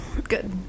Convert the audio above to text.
good